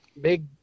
big